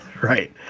right